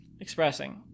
expressing